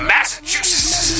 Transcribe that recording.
Massachusetts